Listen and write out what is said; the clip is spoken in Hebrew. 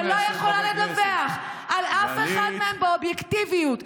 ולא יכולה לדווח על אף אחד מהם באובייקטיביות,